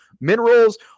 minerals